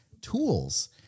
tools